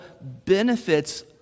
benefits